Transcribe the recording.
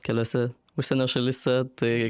keliose užsienio šalyse tai